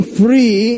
free